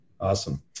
Awesome